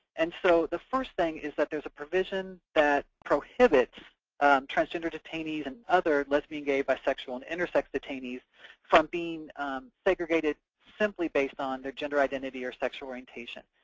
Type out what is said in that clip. and so the first thing is that there's a provision that prohibits transgender detainees and other lesbian, gay, bisexual, and intersex detainees from being segregated simply based on their gender identity or sexual orientation,